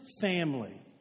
family